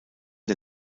der